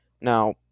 now